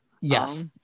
Yes